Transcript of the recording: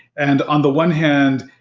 and on the one hand,